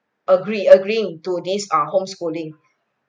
agree agree to these err home schooling